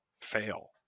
fail